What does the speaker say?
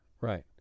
right